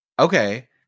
Okay